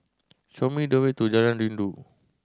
show me the way to Jalan Rindu